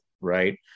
Right